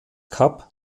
kap